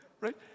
right